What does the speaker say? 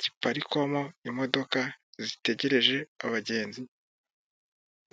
giparikwamo imodoka zitegereje abagenzi.